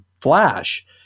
Flash